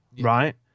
right